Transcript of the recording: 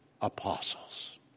apostles